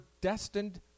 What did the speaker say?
destined